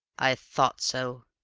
i thought so,